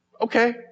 Okay